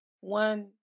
one